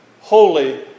holy